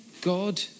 God